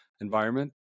environment